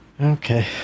Okay